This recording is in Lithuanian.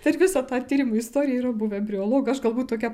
per visą tą tyrimų istoriją yra buvę briolog aš galbūt tokia